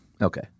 Okay